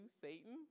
Satan